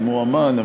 כמו אמ"ן,